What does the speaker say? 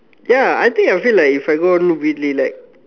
ya I think I feel like if I go weekly like